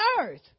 earth